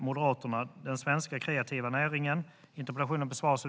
Herr talman!